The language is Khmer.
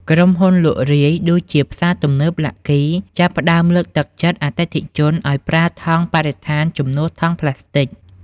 ក្រុមហ៊ុន លក់រាយ ដូចជាផ្សារទំនើប ឡាក់គី (Lucky) ចាប់ផ្ដើមលើកទឹកចិត្តអតិថិជនឱ្យប្រើថង់បរិស្ថានជំនួសថង់ប្លាស្ទិក។